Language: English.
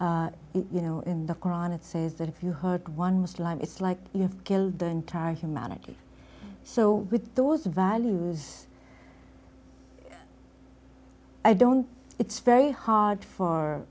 life you know in the koran it says that if you hurt one muslim it's like you have killed the entire humanity so with those values i don't it's very hard for